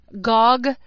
GOG